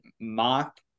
mock